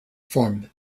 form